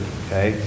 okay